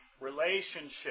relationship